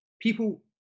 people